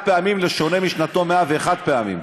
פעמים לשונה משנתו מאה ואחת פעמים.